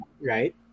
right